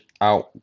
out